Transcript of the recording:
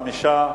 בעד 5,